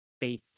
faith